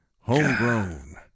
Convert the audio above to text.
Homegrown